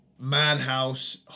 Madhouse